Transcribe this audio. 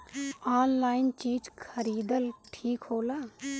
Online चीज खरीदल ठिक होला?